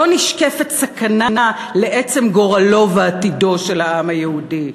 לא נשקפת סכנה לעצם גורלו ועתידו של העם היהודי.